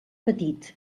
petit